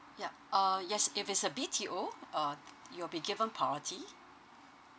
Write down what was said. yup uh yes if is a B_T_O uh you'll be given priority